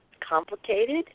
complicated